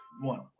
One